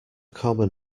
common